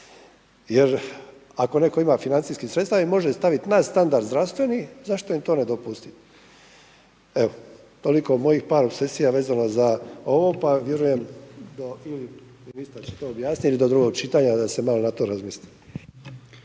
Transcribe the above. Jer ako netko ima financijskih sredstava i može staviti na standard zdravstveni zašto im to ne dopustiti? Evo toliko mojih par opsesija vezano za ovo, pa vjerujem ili ministar će to objasniti ili do drugog čitanja da se na to malo razmisli.